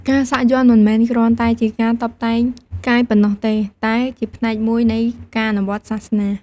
ការសាក់យ័ន្តមិនមែនគ្រាន់តែជាការតុបតែងកាយប៉ុណ្ណោះទេ តែជាផ្នែកមួយនៃការអនុវត្តន៍សាសនា។